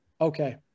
Okay